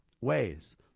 ways